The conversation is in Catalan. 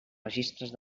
registres